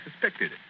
suspected